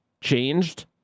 changed